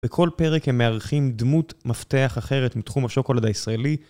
בכל פרק הם מארחים דמות מפתח אחרת מתחום השוקולד הישראלי